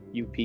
UP